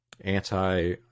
anti